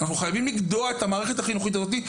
חייבים לעצור את המערכת החינוכית הזאת.